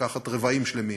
לקחת רבעים שלמים,